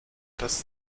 das